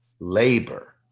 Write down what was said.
Labor